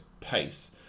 pace